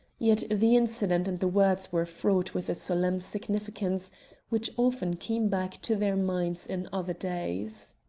yet the incident and the words were fraught with a solemn significance which often came back to their minds in other days.